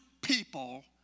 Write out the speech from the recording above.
people